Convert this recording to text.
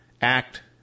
act